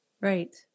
Right